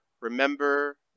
remember